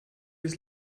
ist